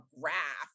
graph